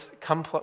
come